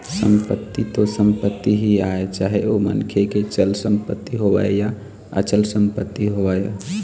संपत्ति तो संपत्ति ही आय चाहे ओ मनखे के चल संपत्ति होवय या अचल संपत्ति होवय